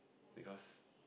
because